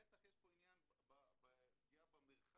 בטח יש פה פגיעה במרחב,